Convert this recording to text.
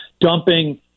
dumping